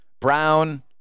brown